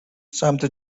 سمت